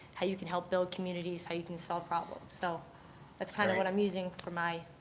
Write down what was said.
how you can help build communities, how you can solve problems. so that's kind of what i'm using for my,